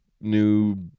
new